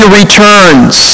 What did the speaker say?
returns